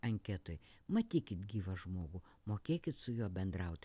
anketoj matykit gyvą žmogų mokėkit su juo bendraut